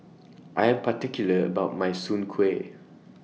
I Am particular about My Soon Kueh